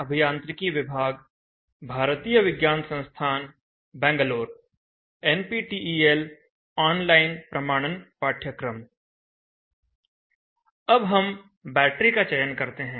अब हम बैटरी का चयन करते हैं